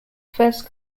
first